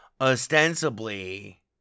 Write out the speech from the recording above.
ostensibly